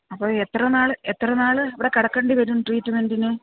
അപ്പോൾ എത്ര നാള് എത്ര നാള് ഇവിടെ കിടക്കേണ്ടി വരും ട്രീറ്റ്മെൻറ്റിന്